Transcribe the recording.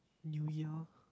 New year